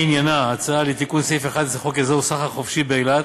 עניינה הצעה לתיקון סעיף 11 לחוק אזור סחר חופשי באילת